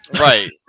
Right